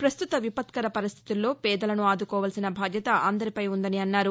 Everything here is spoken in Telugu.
ప్రస్తుత విపత్కర పరిస్టితుల్లో పేదలను ఆదుకోవలసిన బాధ్యత అందరిపై ఉందన్నారు